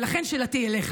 ולכן שאלתי אליך,